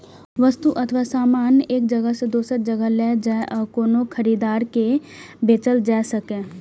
वस्तु अथवा सामान एक जगह सं दोसर जगह लए जाए आ कोनो खरीदार के बेचल जा सकै